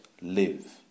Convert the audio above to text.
live